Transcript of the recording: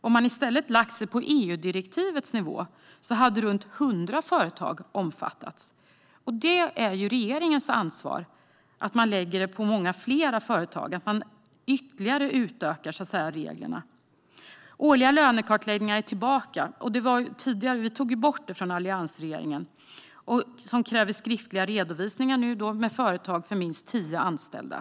Om man i stället lagt sig på EU-direktivets nivå hade runt 100 företag omfattats. Det är regeringens ansvar att man lägger det på många fler företag och utökar reglerna ytterligare. De årliga lönekartläggningarna, som alliansregeringen tog bort, är tillbaka. Nu krävs skriftliga redovisningar för företag med minst tio anställda.